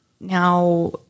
Now